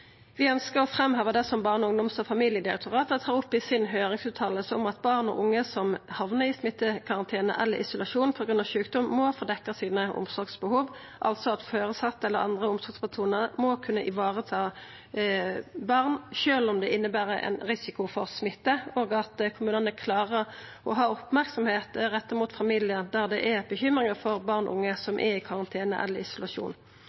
Vi ønskjer å framheva det som Barne-, ungdoms- og familiedirektoratet tar opp i høyringsutsegna si, om at barn og unge som endar opp i smittekarantene eller isolasjon på grunn av sjukdom, må få dekt omsorgsbehova sine, altså at føresette eller andre omsorgspersonar må kunna vareta barn sjølv om det inneber ein risiko for smitte, og at kommunane klarar å ha merksemd retta mot familiar der det er bekymringar for barn og unge som er i karantene eller isolasjon.